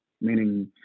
meaning